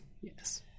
yes